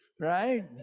right